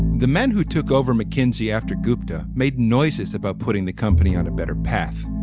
the men who took over mckinsey after gupta made noises about putting the company on a better path.